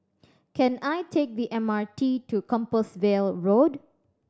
can I take the M R T to Compassvale Road